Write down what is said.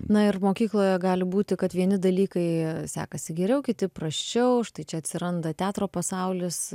na ir mokykloje gali būti kad vieni dalykai sekasi geriau kiti prasčiau už tai čia atsiranda teatro pasaulis